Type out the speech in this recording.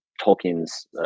tolkien's